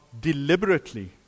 deliberately